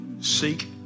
Seek